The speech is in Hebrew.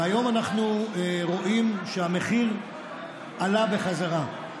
והיום אנחנו רואים שהמחיר עלה בחזרה.